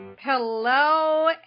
Hello